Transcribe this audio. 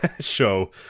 show